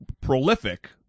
prolific